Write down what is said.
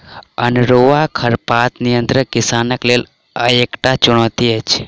अनेरूआ खरपातक नियंत्रण किसानक लेल एकटा चुनौती अछि